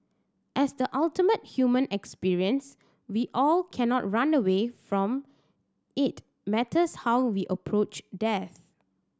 as the ultimate human experience we all cannot run away from it matters how we approach death